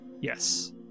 Yes